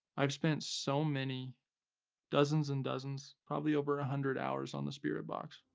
i've spent so many dozens and dozens probably over a hundred hours on the spirit box,